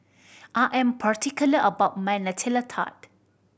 I am particular about my Nutella Tart